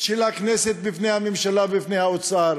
של הכנסת בפני הממשלה ובפני האוצר,